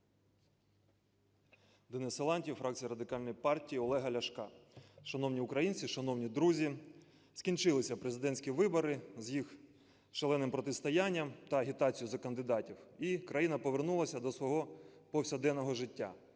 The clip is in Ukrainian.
Денис Силантьєв, фракція Радикальної партії Олега Ляшка. Шановні українці! Шановні друзі! Скінчилися президентські вибори з їх шаленим протистоянням та агітацією за кандидатів, і країна повернулася до свого повсякденного життя.